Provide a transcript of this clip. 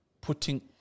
putting